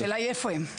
השאלה היא איפה הם.